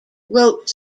wrote